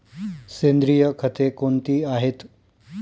सेंद्रिय खते कोणती आहेत?